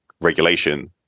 regulation